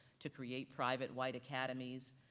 to create private white academies,